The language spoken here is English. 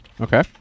Okay